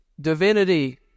divinity